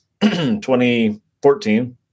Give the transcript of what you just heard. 2014